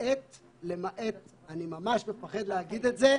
למעט מניעים פוליטיים, ואני ממש פוחד להגיד את זה.